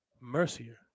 Mercier